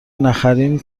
نخریم